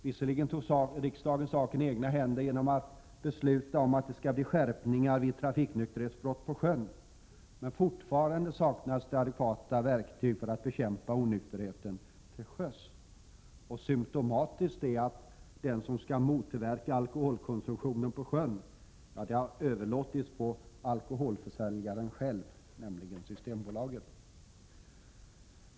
Visserligen tog riksdagen saken i egna händer genom att besluta att det skall bli skärpningar av straffen vid trafiknykterhetsbrott på sjön, men fortfarande saknas det adekvata verktyg för att bekämpa onykterheten till sjöss. Symptomatiskt är att ansvaret för att motverka alkoholkonsumtionen på sjön har överlåtits till alkoholförsäljaren själv, nämligen Systembolaget.